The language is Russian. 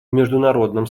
международном